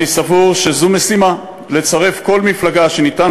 אני סבור שזו משימה לצרף כל מפלגה שניתן